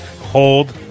hold